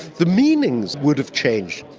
the meanings would have changed.